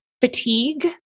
Fatigue